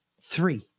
three